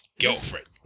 girlfriend